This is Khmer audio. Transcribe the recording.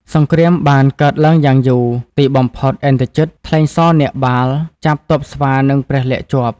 សង្គ្រាមបានកើតឡើងយ៉ាងយូរ ទីបំផុតឥន្ទ្រជិត ថ្លែងសរនាគបាល ចាប់ទ័ពស្វានិងព្រះលក្សណ៍ជាប់។